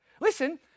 Listen